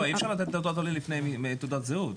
אי אפשר לתת תעודת עולה לפני תעודת זהות.